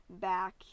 back